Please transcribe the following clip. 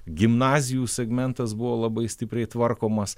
gimnazijų segmentas buvo labai stipriai tvarkomas